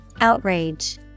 Outrage